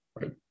Right